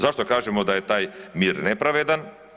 Zašto kažemo da je taj mir nepravedan?